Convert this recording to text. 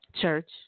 Church